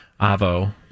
Avo